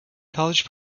college